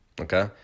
Okay